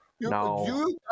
No